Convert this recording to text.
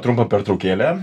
trumpą pertraukėlę